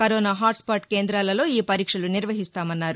corona hot spot కేందాలలో ఈ పరీక్షలు నిర్వహిస్తామన్నారు